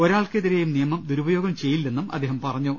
ഒരാൾക്കെതിരെയും നിയമം ദുരുപയോഗം ചെയ്യി ല്ലെന്നും അദ്ദേഹം പറഞ്ഞു